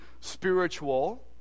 spiritual